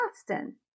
Austin